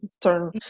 turn